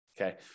Okay